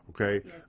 Okay